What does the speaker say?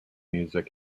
music